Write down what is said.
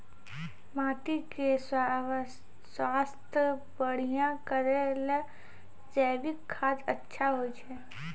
माटी के स्वास्थ्य बढ़िया करै ले जैविक खाद अच्छा होय छै?